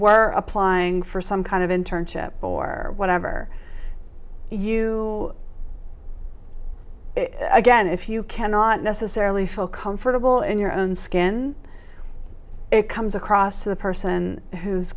were applying for some kind of internship or whatever you again if you cannot necessarily feel comfortable in your own skin it comes across to the person who